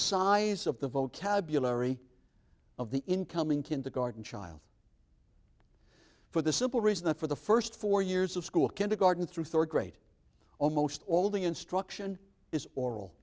size of the vocabulary of the incoming kindergarten child for the simple reason that for the first four years of school kindergarten through third grade almost all the instruction is oral